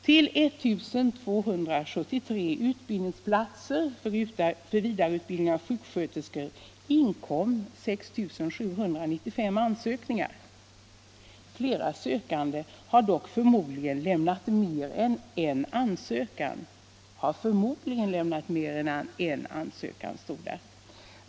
Till I 273 utbildningsplatser för vidareutbildning av sjuksköterskor inkom 6 795 ansökningar. Flera sökande har dock förmodligen lämnat mer än en ansökan, stod det i meddelandet.